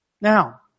Now